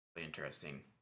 interesting